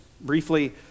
briefly